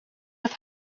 have